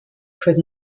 proved